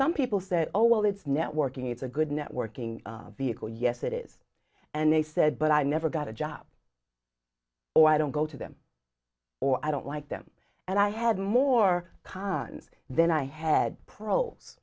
some people said oh well it's networking it's a good networking vehicle yes it is and they said but i never got a job or i don't go to them or i don't like them and i had more cons then i had p